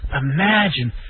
Imagine